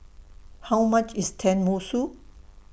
How much IS Tenmusu